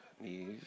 knees